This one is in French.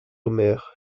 omer